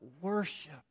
worship